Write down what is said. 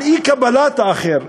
על אי-קבלת האחר,